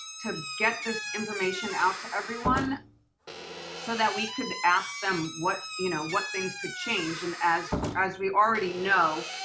to get this information out to everyone so that we could ask them what you know what things could change. and as as we already know,